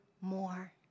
more